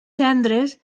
cendres